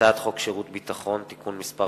הצעת חוק שירות ביטחון (תיקון מס'